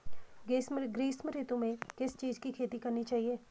ग्रीष्म ऋतु में किस चीज़ की खेती करनी चाहिये?